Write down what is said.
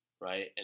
right